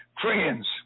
Friends